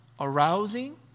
arousing